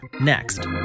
next